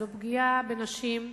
זו פגיעה בנשים,